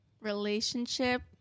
Relationship